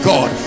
God